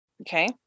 Okay